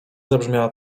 zabrzmiała